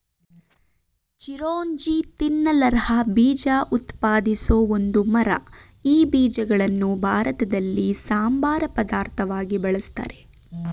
ಚಿರೋಂಜಿ ತಿನ್ನಲರ್ಹ ಬೀಜ ಉತ್ಪಾದಿಸೋ ಒಂದು ಮರ ಈ ಬೀಜಗಳನ್ನು ಭಾರತದಲ್ಲಿ ಸಂಬಾರ ಪದಾರ್ಥವಾಗಿ ಬಳುಸ್ತಾರೆ